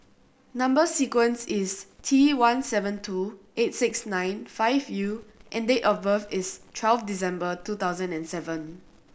number sequence is T one seven two eight six nine five U and date of birth is twelve December two thousand and seven